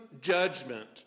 judgment